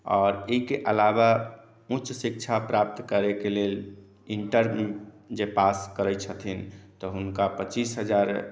आओर ई के अलावा उच्च शिक्षा प्राप्त करय के लेल इंटर भी जे पास करै छथिन तऽ हुनका पच्चीस हजार